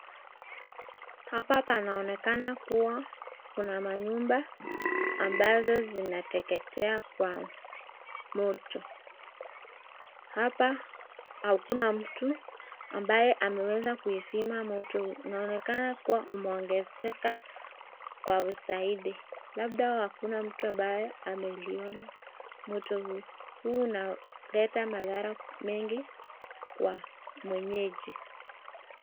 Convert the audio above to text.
Hapa panaonekana kuwa kuna manyumba ambazo zinateketea kwa moto. Hapa hakuna mtu ambaye ameweza kuizima moto huu. Unaonekana kuwa umeongezeka kwa uzaidi. Labda hakuna mtu ameliona moto huu. Huu unaleta madhara mengi kwa mwenyeji.